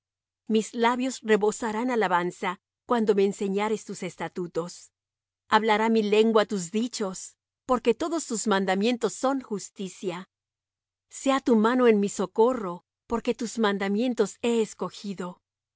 mis labios rebosarán alabanza cuando me enseñares tus estatutos hablará mi lengua tus dichos porque todos tus mandamientos son justicia sea tu mano en mi socorro porque tus mandamientos he escogido